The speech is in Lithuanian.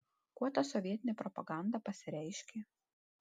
kuo ta sovietinė propaganda pasireiškė